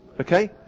Okay